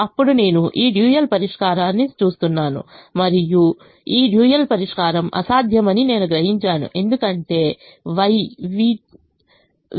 ఇప్పుడు నేను ఈ డ్యూయల్ పరిష్కారాన్ని చూస్తున్నాను మరియు ఈ డ్యూయల్ పరిష్కారం అసాధ్యమని నేను గ్రహించాను ఎందుకంటే y v2 53